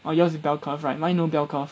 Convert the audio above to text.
orh yours is bell curve right mine no bell curve